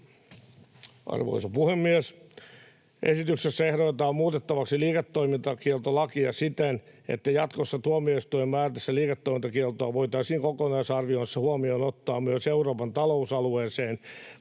Arvoisa puhemies! Esityksessä ehdotetaan muutettavaksi liiketoimintakieltolakia siten, että jatkossa tuomioistuimen määrätessä liiketoimintakieltoa voitaisiin kokonaisarvioinnissa huomioon ottaa myös Euroopan talousalueeseen